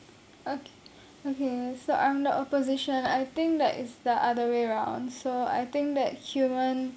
o~ okay so I'm the opposition I think that is the other way round so I think that human